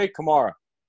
Kamara